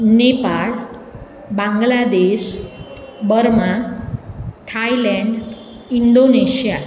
Nepal Bangladesh Burma Thailand Indonesia